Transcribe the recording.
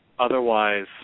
Otherwise